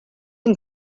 and